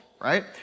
right